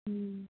ம்